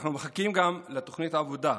אנחנו מחכים גם לתוכנית העבודה.